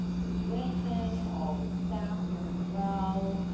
they listen to all the staff very well.